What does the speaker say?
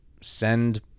send